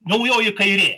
naujoji kairė